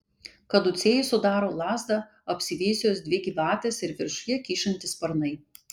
kaducėjų sudaro lazdą apsivijusios dvi gyvatės ir viršuje kyšantys sparnai